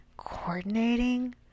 coordinating